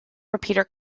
repeater